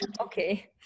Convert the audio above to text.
Okay